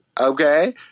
Okay